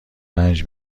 رنج